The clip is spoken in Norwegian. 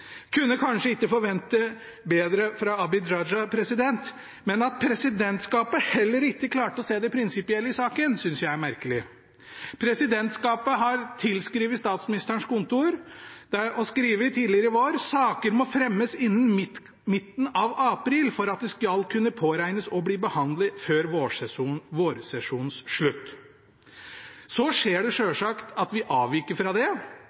kunne kanskje ikke forvente bedre fra Abid Raja, men at heller ikke presidentskapet klarte å se det prinsipielle i saken, synes jeg er merkelig. Presidentskapet skrev til Statsministerens kontor tidligere i vår at «saker må fremmes innen midten av april for at de skal kunne påregnes å bli behandlet før vårsesjonens slutt». Så skjer det selvsagt at vi avviker fra det